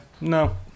No